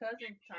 cousin